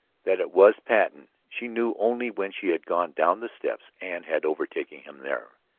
that it was patten she knew only when she had gone down the steps and had overtaken him there.